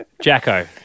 Jacko